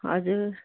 हजुर